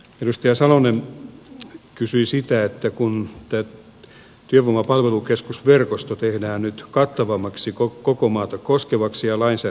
edustaja salonen kysyi siitä kun työvoiman palvelukeskusverkosto tehdään nyt kattavammaksi koko maata koskevaksi ja lainsäädäntöpohjalle